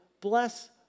bless